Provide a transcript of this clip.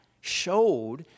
showed